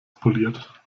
poliert